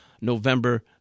November